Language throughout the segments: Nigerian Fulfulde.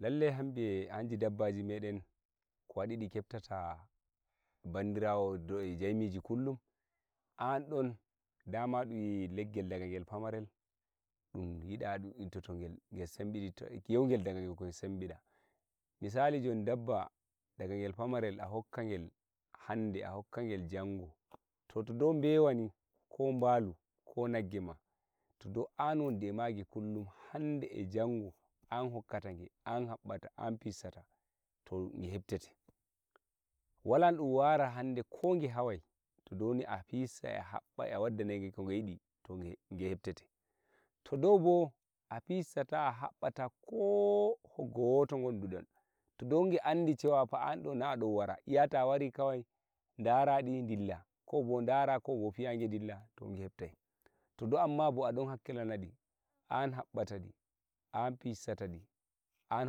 lallai hanji dabbaji meɗen ko waɗi de kebtata a bandirawo jomiji kullum an ɗon dama dun yi leggel daga e gel pamarel dum yiɗa ɗum ɗuɗɗunto gel gel sembiɗi sembida misali joni dabba daga gel pamarel a hokkagel hande a hokkagel jango to to dou bewa en ko mbalu ko nagge ma to dou an wondu e mage kullum hande e jango an hokkata ge an haɓɓata an fissata to ge hebtete wala no dum wara hande ko he hawai to dou ni a fissai a habbai a wadda na ge ko ge yiɗi to ge hebtete yo dou bo a fissata a habata a haɓɓata koo hoggo wato kon dudon to dou ge andi to fa an don na a warai ta wari kawai ɗara ɗi dilla ko ɗara ko bo piya ɗi dilla to ge hebtai to dama no a ɗon hakkilana ɗi an habɓata ɗi an fissata ɗi an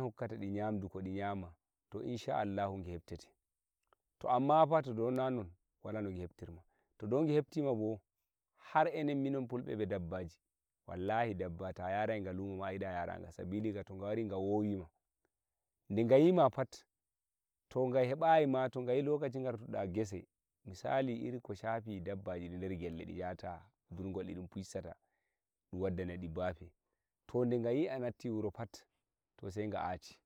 hokkata ɗi nyamdu ɗi nyama to insha Allahu ge hebtete to amma bo fa to dou na an on wala no ge hebtir ma to dou ge hebtir ma bo har e non minon fulbe be dabbaji wallahi dabba ta yarai ga lumo ma a yiɗa njara ga sabili to ga wari ga wowi ma de ga yima pat to ga heɓai ma to ga yi lokaci gartuda ngese misali mi ko shafi dabbaji ɗi nder gelle di jata ndurgol fissata ɗum wadda nai ɗi bafe to de ga yi a natti wuro pat to sei ga ati